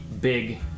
big